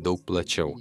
daug plačiau